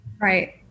Right